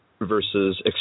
versus